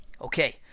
Okay